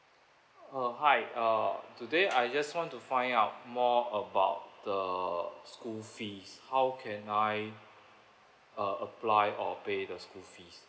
uh hi uh today I just want to find out more about the school fees how can I uh apply or pay the school fees